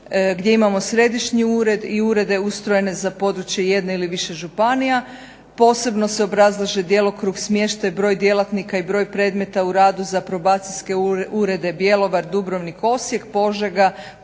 gdje imamo središnji ured i urede ustrojene za područje jedne ili više županija. Posebno se obrazlaže djelokrug, smještaj, broj djelatnika i broj predmeta u radu za probacijske urede Bjelovar, Dubrovnik, Osijek, Požega,